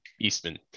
eastman